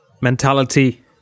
Mentality